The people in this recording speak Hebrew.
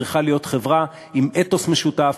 צריכה להיות חברה עם אתוס משותף,